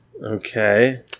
Okay